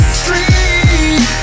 street